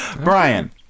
Brian